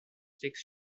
six